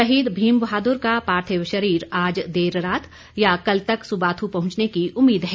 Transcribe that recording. शहीद भीम बहादुर का पार्थिव शरीर आज देर रात या कल तक सुबाथू पहुंचने की उम्मीद है